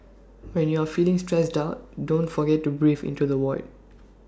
when you are feeling stressed duck don't forget to breathe into the void